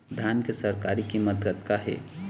धान के सरकारी कीमत कतका हे?